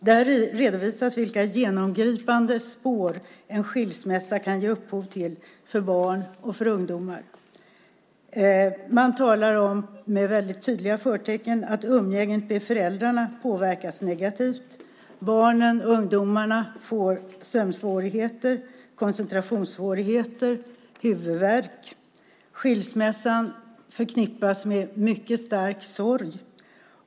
Där redovisas vilka genomgripande spår som en skilsmässa kan ge upphov till hos barn och ungdomar. Man talar med väldigt tydliga förtecken om att umgänget med föräldrarna påverkas negativt. Barnen och ungdomarna får sömnsvårigheter, koncentrationssvårigheter och huvudvärk. Skilsmässan förknippas med mycket stark sorg.